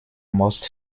most